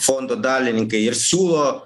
fondo dalininkai ir siūlo